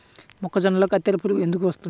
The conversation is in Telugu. మొక్కజొన్నలో కత్తెర పురుగు ఎందుకు వస్తుంది?